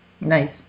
Nice